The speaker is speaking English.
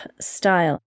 style